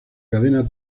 cadena